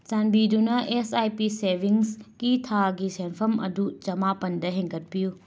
ꯆꯥꯟꯕꯤꯗꯨꯅ S I P ꯁꯦꯚꯤꯡꯁꯀꯤ ꯊꯥꯒꯤ ꯁꯦꯟꯐꯝ ꯑꯗꯨ ꯆꯃꯥꯄꯟꯗ ꯍꯦꯟꯒꯠꯄꯤꯌꯨ